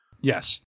Yes